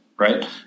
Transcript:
right